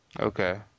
Okay